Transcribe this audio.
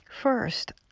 first